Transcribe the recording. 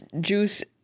Juice